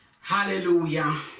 hallelujah